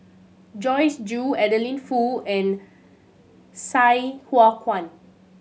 Joyce Jue Adeline Foo and Sai Hua Kuan